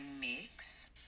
mix